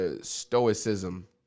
stoicism